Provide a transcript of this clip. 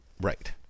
Right